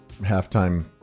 halftime